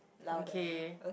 okay